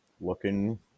looking